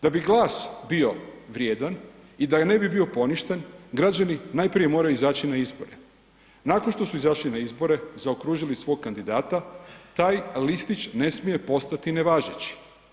Da bi glas bio vrijedan i da ne bi bio poništen, građani najprije moraju izaći na izbore, nakon što su izašli na izbore i zaokružili svog kandidata, taj listić ne smije postati nevažeći.